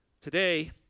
Today